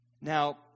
Now